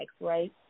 right